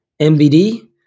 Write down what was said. MBD